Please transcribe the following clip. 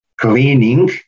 cleaning